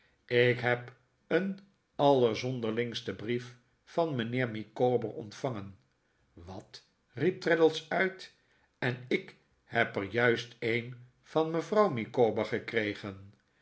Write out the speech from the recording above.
ik heb een allerzonderlingsten brief van mijnheer micawber ontvangen wat riep traddles uit en ik heb er juist een van mevrouw micawber gekregen